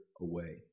away